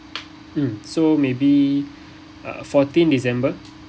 mm so maybe uh fourteen december